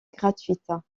gratuites